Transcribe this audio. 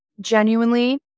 genuinely